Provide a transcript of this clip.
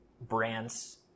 brands